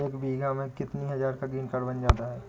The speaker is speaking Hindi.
एक बीघा में कितनी हज़ार का ग्रीनकार्ड बन जाता है?